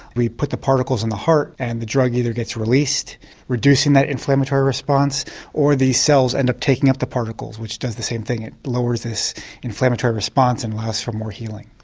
we put the particles in the heart and the drug either gets released reducing that inflammatory response or the cells end up taking up the particles which does the same thing, it lowers this inflammatory response and lasts for more healing.